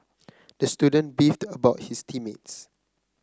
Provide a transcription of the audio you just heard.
the student beefed about his team mates